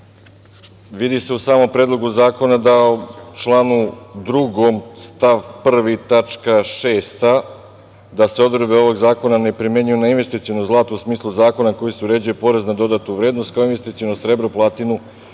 Vidi se u samom Predlogu zakona da u članu 2. stav 1. tačka 6. da se odredbe ovog zakona ne primenjuju na investiciono zlato u smislu zakona kojim se uređuju porez na dodatu vrednost, kao i investiciono srebro, platinum